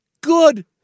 Good